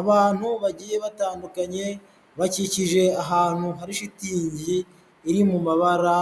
Abantu bagiye batandukanye, bakikije ahantu hari shitingi iri mu mabara